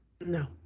No